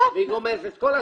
והיא גומרת את כל הסל.